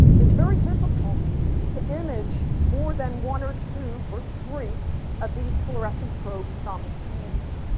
it's very difficult to image more than one or two or three of these fluorescent probe simultaneously.